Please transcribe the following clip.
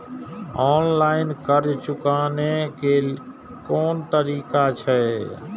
Online कर्ज चुकाने के कोन तरीका छै?